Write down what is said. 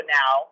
now